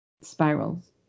spirals